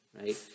right